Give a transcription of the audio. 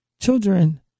children